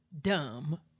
dumb